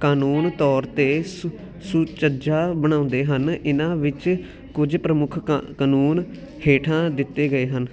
ਕਾਨੂੰਨ ਤੌਰ 'ਤੇ ਸੁ ਸੁਚੱਜਾ ਬਣਾਉਂਦੇ ਹਨ ਇਹਨਾਂ ਵਿੱਚ ਕੁਝ ਪ੍ਰਮੁੱਖ ਕਾ ਕਾਨੂੰਨ ਹੇਠਾਂ ਦਿੱਤੇ ਗਏ ਹਨ